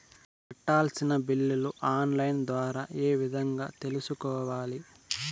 కట్టాల్సిన బిల్లులు online ద్వారా ఏ విధంగా తెలుసుకోవాలి?